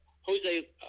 Jose